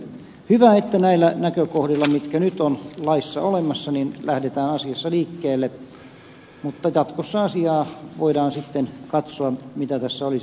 hyvä että näillä näkökohdilla mitkä nyt ovat laissa olemassa lähdetään asiassa liikkeelle mutta jatkossa asiaa voidaan sitten katsoa mitä tässä olis